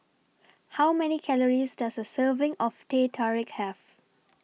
How Many Calories Does A Serving of Teh Tarik Have